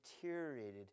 deteriorated